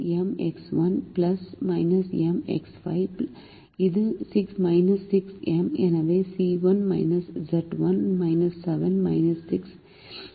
-M x 1 இது 6M எனவே C1 Z1 7 இது 6M 7 ஆகும்